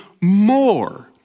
more